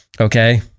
Okay